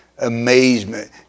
amazement